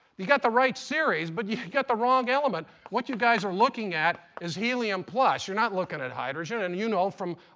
you've got the right series, but you got the wrong element. what you guys are looking at is helium plus. you're not looking at hydrogen, and you know, from